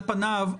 על פניו,